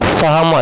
सहमत